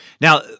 now